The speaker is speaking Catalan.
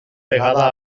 vegada